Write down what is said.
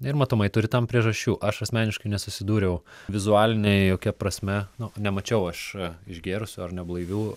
ir matomai turi tam priežasčių aš asmeniškai nesusidūriau vizualiniai jokia prasme nu nemačiau aš išgėrusių ar neblaivių